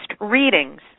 readings